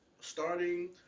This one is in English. starting